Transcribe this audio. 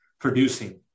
producing